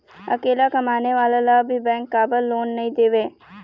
अकेला कमाने वाला ला भी बैंक काबर लोन नहीं देवे?